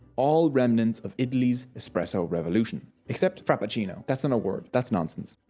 all remnants of italy's espresso revolution. except frappuccino, that's not a word. that's nonsense.